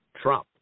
Trump